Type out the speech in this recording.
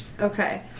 Okay